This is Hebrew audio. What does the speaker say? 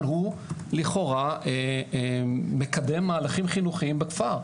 אבל הוא לכאורה מקדם מהלכים חינוכיים בכפר.